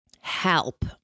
Help